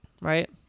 right